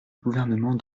gouvernement